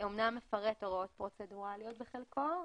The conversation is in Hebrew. אמנם מפרט הוראות פרוצדורליות בחלקו,